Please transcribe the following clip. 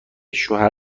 شوهر